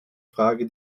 frage